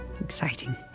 exciting